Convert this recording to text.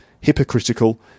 hypocritical